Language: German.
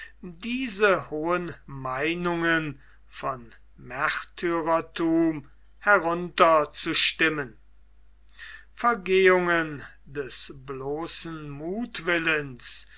die hohen meinungen von märtyrerthum herunterzustimmen vergehungen des bloßen muthwillens